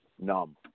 numb